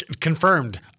confirmed